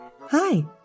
Hi